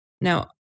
Now